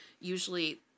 usually